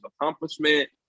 accomplishment